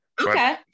Okay